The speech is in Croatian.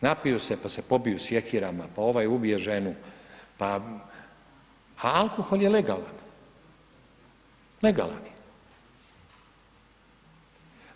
Napiju se pa se pobiju sjekirama, pa ovaj ubije ženu, pa, a alkohol je legalan, legalan.